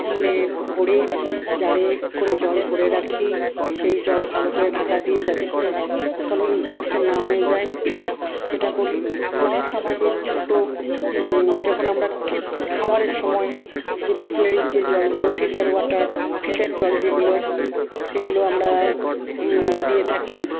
মানে ভরে জারে করে জল ভরে রাখি সেই জল ভালো করে ঢাকা দিয়ে যাতে করে কোনো ইনফেকশান না হয়ে যায় সেটা করি প্লাস আমাদের ছোটো যখন আমরা খাবারের সময় যে বিসলারির যে জলগুলো ফিলটার ওয়াটার ফিলটার জল যেগুলো সেগুলো আমরা দিয়ে থাকি